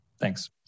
Thanks